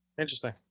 Interesting